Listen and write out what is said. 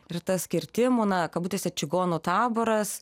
ir tas kirtimų na kabutėse čigonų taboras